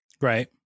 right